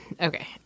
Okay